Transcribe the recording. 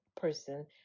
person